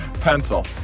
Pencil